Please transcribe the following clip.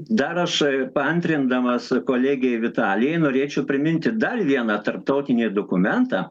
dar aš paantrindamas kolegei vitalijai norėčiau priminti dar vieną tarptautinį dokumentą